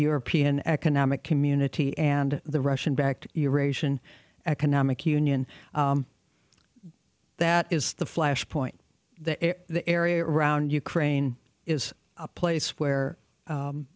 european economic community and the russian backed your asian economic union that is the flashpoint that the area around ukraine is a place where